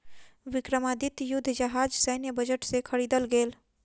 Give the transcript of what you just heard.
विक्रमादित्य युद्ध जहाज सैन्य बजट से ख़रीदल गेल